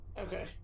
Okay